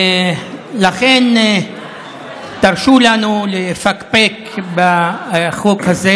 לכן תרשו לנו לפקפק בחוק הזה.